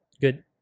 Good